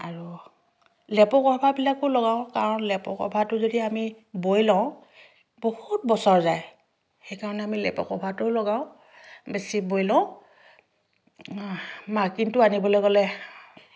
আৰু লেপৰ কভাৰবিলাকো লগাওঁ কাৰণ লেপৰ কভাৰটো যদি আমি বৈ লওঁ বহুত বছৰ যায় সেইকাৰণে আমি লেপৰ কভাৰটোও লগাওঁ বেছি বৈ লওঁ মাৰ্কিনটো আনিবলৈ গ'লে